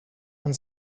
and